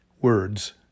Words